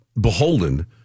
beholden